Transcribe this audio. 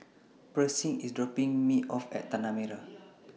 Pershing IS dropping Me off At Tanah Merah